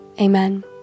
Amen